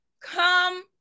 Come